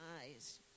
eyes